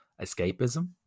escapism